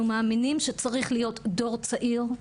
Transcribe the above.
אנחנו מאמינים שצריך להיות דור צעיר,